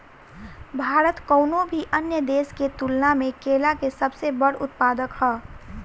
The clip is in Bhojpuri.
भारत कउनों भी अन्य देश के तुलना में केला के सबसे बड़ उत्पादक ह